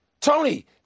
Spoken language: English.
Tony